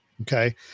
Okay